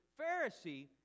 Pharisee